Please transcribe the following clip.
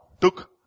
took